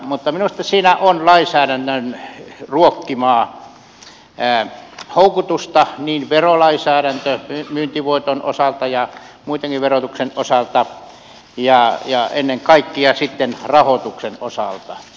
minusta siinä on lainsäädännön ruokkimaa houkutusta verolainsäädännön myyntivoiton osalta ja muittenkin verotuksen osalta ja ennen kaikkea rahoituksen osalta